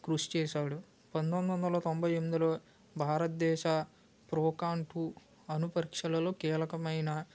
కృషిచేశాడు పంతొమ్మిది వందల తొంభై ఎనిమిదిలో భారతదేశ ప్రోకాన్పు అణుపరిక్షలలో కీలకమైన